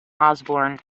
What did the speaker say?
osborne